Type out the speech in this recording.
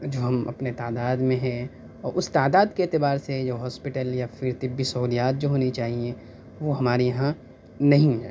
جو ہم اپنے تعداد میں ہیں اور اس تعداد کے اعتبار سے جو ہاسپیٹل یا پھر طبی سہولیات جو ہونی چاہئیں وہ ہمارے یہاں نہیں ہے